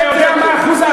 פעם אחת.